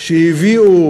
שהביאו